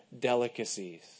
delicacies